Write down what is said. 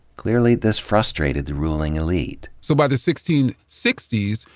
clearly this frustrated the ruling elite. so by the sixteen sixty s,